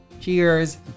cheers